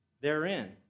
therein